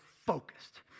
focused